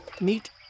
Meet